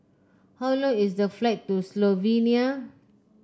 how long is the flight to Slovenia